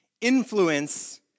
influence